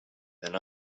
than